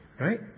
right